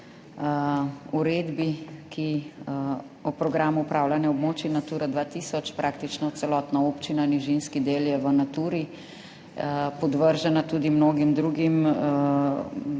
uredbi, ki o programu upravljanja območij Natura 2000 praktično celotna občina, nižinski del je v Naturi, podvržena tudi mnogim drugim